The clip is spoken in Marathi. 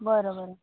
बरं बरं